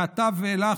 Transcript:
מעתה ואילך,